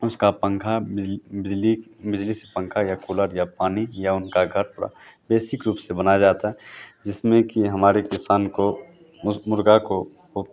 उसका पंखा बिजली बिजली बिजली स पंखा या कूलर या पानी या उनका घर बेसिक रूप से बनाया जाता है जिसमें कि हमारे किसान को उस मुर्ग़ा को वोह